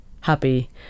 happy